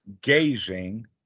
gazing